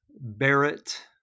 Barrett